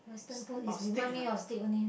western food is remind me of steak only